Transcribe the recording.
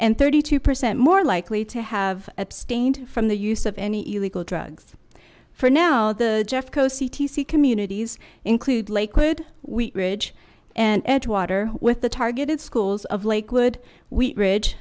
and thirty two percent more likely to have abstained from the use of any illegal drugs for now the jeffco c t c communities include lakewood weak ridge and edgewater with the targeted schools of lakewood week ridge